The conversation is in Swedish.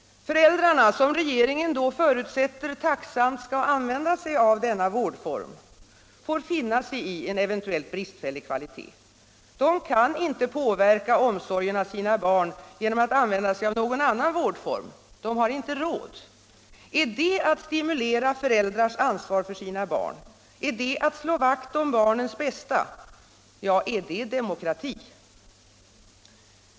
Föräldrarna, som regeringen förutsätter tacksamt skall använda sig av denna vårdform, får finna sig i en eventuellt bristfällig kvalitet. De kan inte påverka omsorgen om sina barn genom att använda sig av någon annan vårdform. De har inte råd. Är det att stimulera föräldrars ansvar för sina barn? Är det att slå vakt om barnens bästa? Ja, är det demokrati?